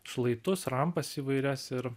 šlaitus rampas įvairias ir